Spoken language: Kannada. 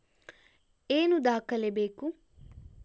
ಏನು ದಾಖಲೆ ಬೇಕು?